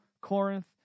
Corinth